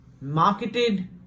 marketed